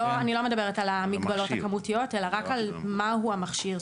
אני לא מדברת על המגבלות הכמותיות אלא רק על מהו המכשיר.